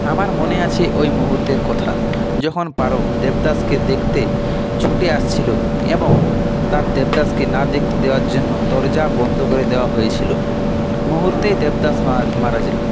আমার মনে আছে ওই মুহূর্তের কথা যখন পারো দেবদাসকে দেখতে ছুটে আসছিলো এবং তার দেবদাসকে না দেখতে দেওয়ার জন্য দরজা বন্ধ করে দেওয়া হয়েছিলো মুহূর্তেই দেবদাস মারাজ মারা যায়